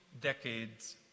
decades